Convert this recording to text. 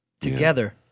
Together